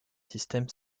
système